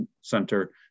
center